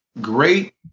great